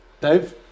Dave